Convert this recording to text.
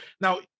Now